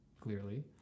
clearly